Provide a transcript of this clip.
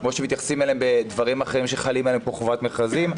כמו שמתייחסים אליהם בדברים אחרים שחלים עליהם כמו חובת מכרזים,